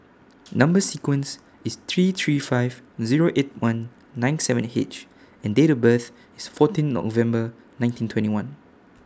Number sequence IS three three five Zero eight one nine seven H and Date of birth IS fourteen November nineteen twenty one